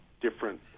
different